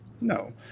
No